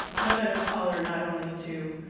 women of color not only to